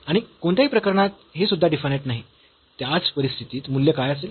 आणि कोणत्याही प्रकरणात हे सुद्धा डिफायनाइट नाही त्याच परिस्थितीत मूल्य काय असेल